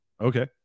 Okay